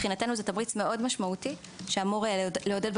מבחינתנו זה תמריץ מאוד משמעותי שאמור לעודד את